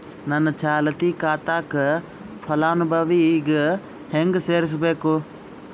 ನನ್ನ ಚಾಲತಿ ಖಾತಾಕ ಫಲಾನುಭವಿಗ ಹೆಂಗ್ ಸೇರಸಬೇಕು?